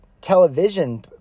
television